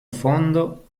fondo